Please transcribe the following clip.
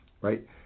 right